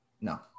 No